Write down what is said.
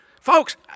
Folks